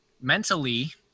mentally